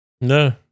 No